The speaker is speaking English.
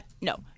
No